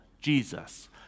Jesus